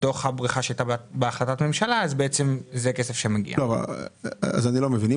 אני לא מבין.